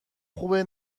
خوبه